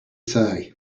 say